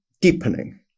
deepening